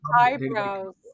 eyebrows